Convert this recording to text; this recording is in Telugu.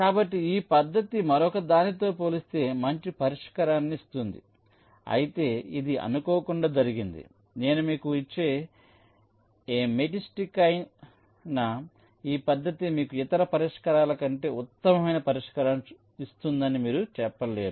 కాబట్టి ఈ పద్ధతి మరొకదానితో పోలిస్తే మంచి పరిష్కారాన్ని ఇస్తుంది అయితే ఇది అనుకోకుండా జరిగింది నేను మీకు ఇచ్చే ఏ మెట్లిస్ట్కైనా ఈ పద్ధతి మీకు ఇతర పరిష్కారాల కంటే ఉత్తమమైన పరిష్కారాన్ని ఇస్తుందని మీరు చెప్పలేరు